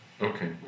Okay